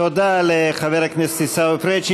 תודה לחבר הכנסת עיסאווי פריג'.